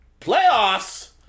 Playoffs